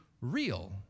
real